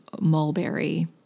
mulberry